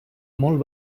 molt